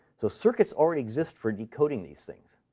so circuits already exist for decoding these things.